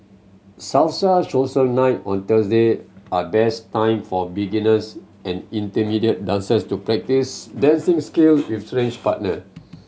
salsa social nights on Thursday are best time for beginners and intermediate dancers to practice dancing skill with strange partner